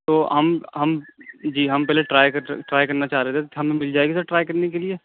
تو ہم ہم جی ہم پہلے ٹرائی ٹرائی کرنا چاہ رہے تھے تو ہمیں مل جائے گی سر ٹرائی کرنے کے لیے